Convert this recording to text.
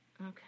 okay